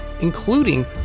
including